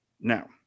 Now